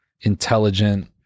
intelligent